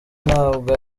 ntabwo